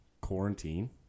quarantine